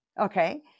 Okay